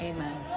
Amen